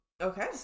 Okay